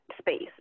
space